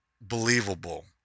believable